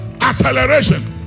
acceleration